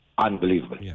Unbelievable